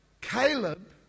Caleb